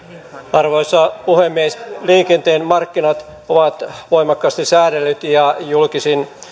arvoisa puhemies liikenteen markkinat ovat voimakkaasti säädellyt ja julkisin